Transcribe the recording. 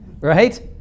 right